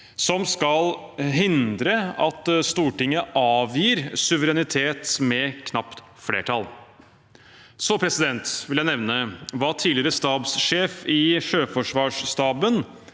som skal hindre at Stortinget avgir suverenitet med knapt flertall. Jeg vil nevne hva tidligere stabssjef i Sjøforsvarsstaben,